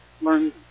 learn